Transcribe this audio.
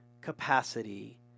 capacity